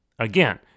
Again